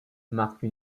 marque